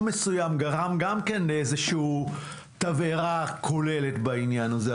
מסוים גם כן גרם לאיזושהי תבערה כוללת בעניין הזה.